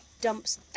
dumps